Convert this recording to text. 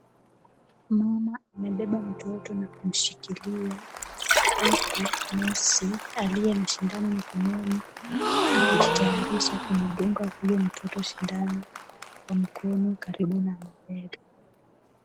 Mama amebeba mtoto na kumshikilia huku nesi aliye na sindano mkononi akijitayarisha kumdunga huyo mtoto sindano kwa mkono karibu na mabega.